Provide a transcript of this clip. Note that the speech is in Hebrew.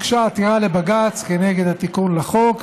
הוגשה עתירה לבג"ץ נגד התיקון לחוק,